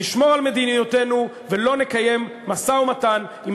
נשמור על מדיניותנו ולא נקיים משא-ומתן עם